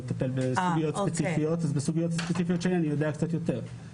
אני מטפל בסוגיות ספציפיות ובסוגיות הספציפיות שלי אני יודע קצת יותר.